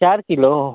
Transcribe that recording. चार किलो